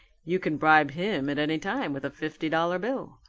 you can bribe him at any time with a fifty-dollar bill.